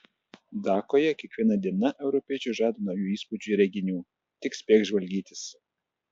dakoje kiekviena diena europiečiui žada naujų įspūdžių ir reginių tik spėk žvalgytis